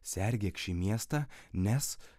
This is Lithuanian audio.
sergėk šį miestą nes